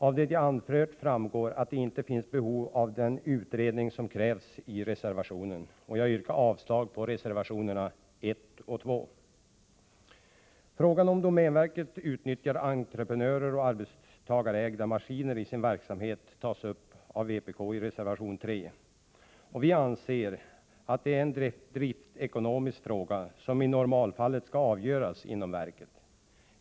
Av det jag har framfört framgår, att det inte finns behov av den utredning som krävs i reservationerna. Jag yrkar avslag på reservationerna 1 och 2. Det förhållandet att domänverket utnyttjar entreprenörer och arbetstagarägda maskiner i sin verksamhet tas upp av vpk i reservation 3. Vi anser att det är en driftekonomisk fråga, som i normalfallet skall avgöras inom verket.